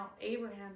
Abraham